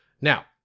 Now